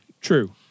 True